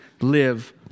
live